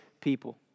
people